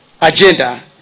agenda